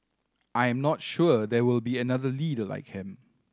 I am not sure there will be another leader like him